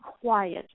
quiet